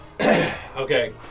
Okay